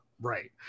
right